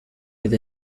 with